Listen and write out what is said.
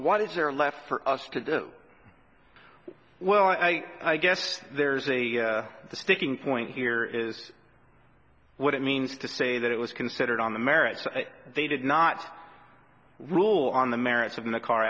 what is there left for us to do well i guess there's a the sticking point here is what it means to say that it was considered on the merits they did not rule on the merits of the car